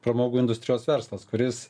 pramogų industrijos verslas kuris